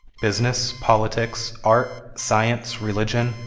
business, politics, art, science, religion,